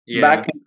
back